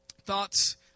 Thoughts